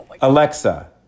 Alexa